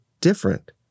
different